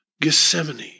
Gethsemane